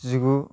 जिगु